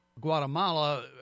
Guatemala